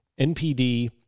npd